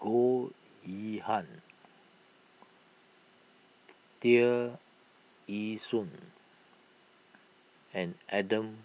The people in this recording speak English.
Goh Yihan Tear Ee Soon and Adan